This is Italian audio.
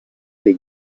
dei